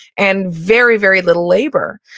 and very, very little labor.